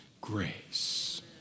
grace